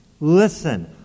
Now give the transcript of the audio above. listen